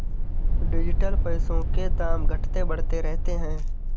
digital पैसों के दाम घटते बढ़ते रहते हैं